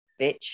Bitch